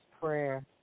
prayer